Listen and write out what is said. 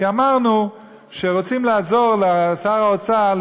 כי אמרנו שרוצים לעזור לשר האוצר,